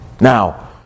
Now